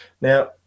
Now